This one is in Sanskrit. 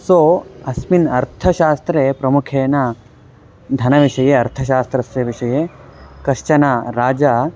सो अस्मिन् अर्थशास्त्रे प्रमुखतया धनविषये अर्थशास्त्रस्य विषये कश्चन राजा